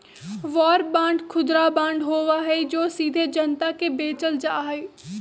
war bond खुदरा bond होबा हई जो सीधे जनता के बेचल जा हई